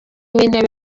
w’intebe